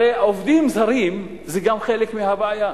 הרי גם עובדים זרים זה חלק מהבעיה,